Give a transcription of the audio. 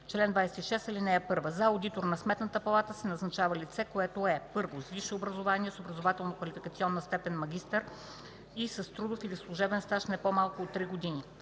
Чл. 26. (1) За одитор на Сметната палата се назначава лице, което е: 1. с висше образование, с образователно-квалификационна степен „магистър” и с трудов или служебен стаж не по-малко от 3 години;